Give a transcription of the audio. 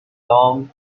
long